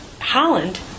holland